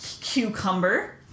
Cucumber